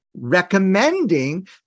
Recommending